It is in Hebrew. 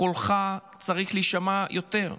קולך צריך להישמע יותר.